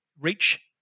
reach